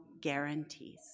guarantees